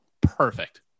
Perfect